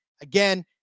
Again